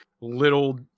little